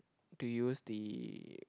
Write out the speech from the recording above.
to use the